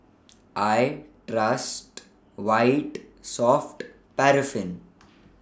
I Trust White Soft Paraffin